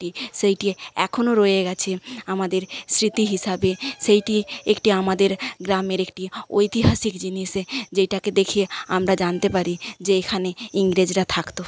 সেইটি এখনো রয়ে গেছে আমাদের স্মৃতি হিসাবে সেইটি একটি আমাদের গ্রামের একটি ঐতিহাসিক জিনিস যেইটাকে দেখিয়ে আমরা জানতে পারি যে এখানে ইংরেজরা থাকতো